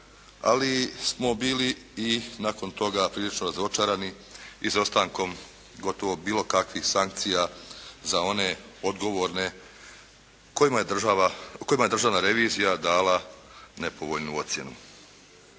ali smo bili i nakon toga prilično razočarani izostankom gotovo bilo kakvih sankcija za one odgovorne kojima je Državna revizija dala nepovoljnu ocjenu.